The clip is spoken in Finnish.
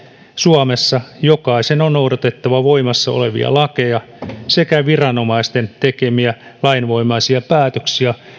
suomessa jokaisen on noudatettava voimassa olevia lakeja sekä viranomaisten tekemiä lainvoimaisia päätöksiä